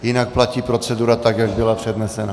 Jinak platí procedura tak, jak byla přednesena.